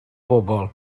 bobl